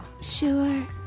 Sure